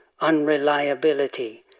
unreliability